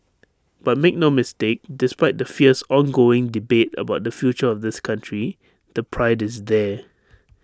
but make no mistake despite the fierce ongoing debate about the future of this country the pride is there